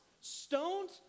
stoned